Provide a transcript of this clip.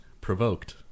provoked